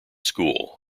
school